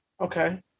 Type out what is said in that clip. okay